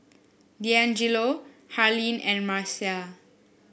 Deangelo Harlene and Marcia